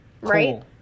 Right